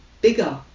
bigger